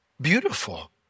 beautiful